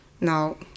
No